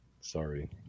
Sorry